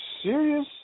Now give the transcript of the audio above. serious